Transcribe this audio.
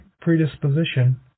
predisposition